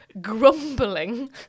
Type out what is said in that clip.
grumbling